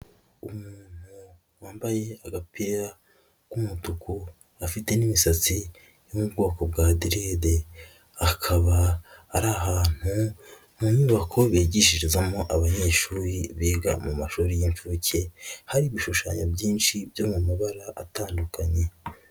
Umuntu wambaye agapira k'umutuku, afite n'imisatsi yo mu bwoko bwa direde, akaba ari ahantu mu nyubako bigishiririzamo abanyeshuri biga mu mashuri y'inshuke, hari ibishushanyo byinshi byo mu mabara atandukanye.